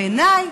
בעיניי,